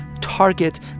target